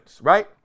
right